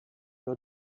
are